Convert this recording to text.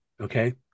okay